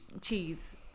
cheese